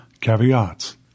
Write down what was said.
caveats